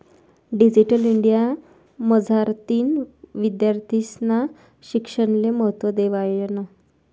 digital India मझारतीन विद्यार्थीस्ना शिक्षणले महत्त्व देवायनं